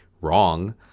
wrong